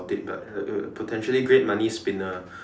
it but uh uh potentially great money spinner